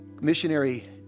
missionary